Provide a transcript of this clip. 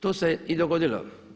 To se i dogodilo.